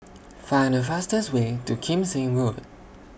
Find The fastest Way to Kim Seng Road